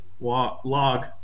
log